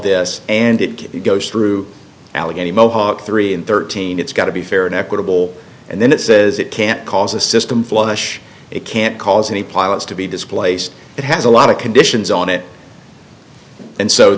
this and it goes through allegheny mohawk three and thirteen it's got to be fair and equitable and then it says it can't cause a system flush it can't cause any pilots to be displaced it has a lot of conditions on it and so